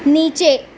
نیچے